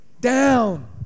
down